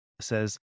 says